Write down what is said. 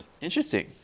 Interesting